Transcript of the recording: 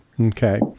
Okay